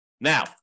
Now